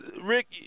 Rick